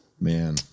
man